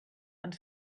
and